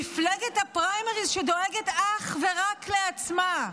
מפלגה הפריימריז שדואגת אך ורק לעצמה.